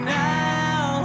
now